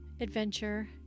adventure